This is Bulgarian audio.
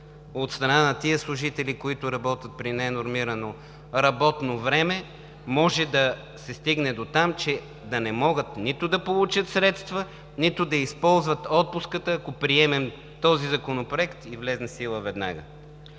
от страна на тези служители, които работят при ненормирано работно време. Може да се стигне до там, че да не могат нито да получат средства, нито да използват отпуската, ако приемем този законопроект и влезе в сила веднага.